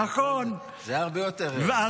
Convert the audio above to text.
זה הרבה יותר --- נכון.